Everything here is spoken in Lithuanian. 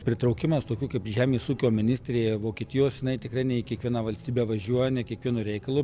pritraukimas tokių kaip žemės ūkio ministrė vokietijos jinai tikrai ne į kiekvieną valstybę važiuoja ne kiekvienu reikalu